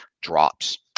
drops